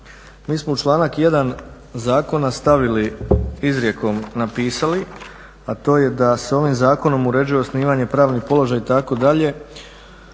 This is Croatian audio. Mi smo u članak 1. zakona stavili izrijekom napisali a to je da se ovim zakonom uređuje osnivanje i pravni položaj itd.